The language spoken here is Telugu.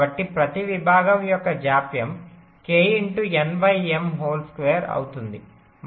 కాబట్టి ప్రతి విభాగం యొక్క జాప్యం అవుతుంది